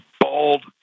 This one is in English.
bald